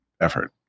effort